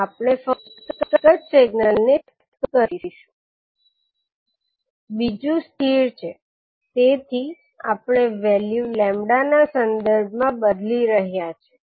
signal shift કરી રહ્યું છે કારણ કે તમે તેને શિફ્ટ કરી રહ્યાં છો તેથી સિગ્નલ શિફ્ટ થઈ રહ્યું છે આપણે ફક્ત એક જ સિગ્નલ ને શિફ્ટ કરીશું બીજું સ્થિર છે તેથી આપણે વેલ્યુ લેમ્બડા ના સંદર્ભમાં બદલી રહ્યા છીએ